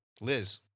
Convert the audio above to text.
Liz